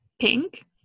pink